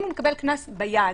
אם הוא מקבל קנס ביד,